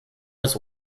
was